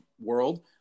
world